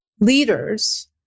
leaders